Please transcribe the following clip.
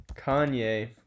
Kanye